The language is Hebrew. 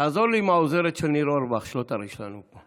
תעזור לי עם העוזרת של ניר אורבך, שלא תרעיש לנו.